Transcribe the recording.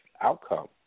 outcome